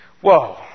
Whoa